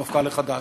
המפכ"ל החדש,